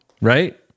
right